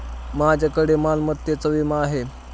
माझ्याकडे मालमत्तेचा विमा आहे